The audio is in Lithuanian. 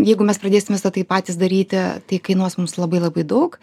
jeigu mes pradėsim visa tai patys daryti tai kainuos mums labai labai daug